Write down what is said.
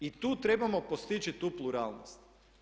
I tu trebamo postići tu pluralnost.